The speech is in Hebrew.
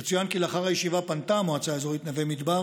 יצוין כי לאחר הישיבה פנתה המועצה האזורית נווה מדבר